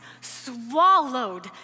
swallowed